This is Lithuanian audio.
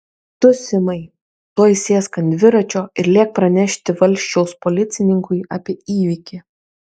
tu simai tuoj sėsk ant dviračio ir lėk pranešti valsčiaus policininkui apie įvykį